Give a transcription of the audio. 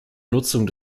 nutzung